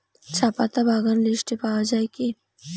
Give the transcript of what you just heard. চাপাতা বাগান লিস্টে পাওয়া যায় কি?